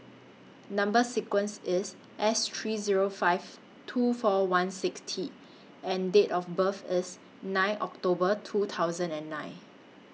Number sequence IS S three Zero five two four one six T and Date of birth IS nine October two thousand and nine